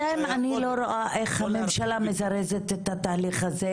בינתיים אני לא רואה איך הממשלה מזרזת את התהליך הזה.